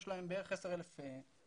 יש להם בערך 10,000 סטודנטים,